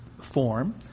form